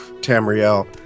Tamriel